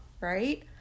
right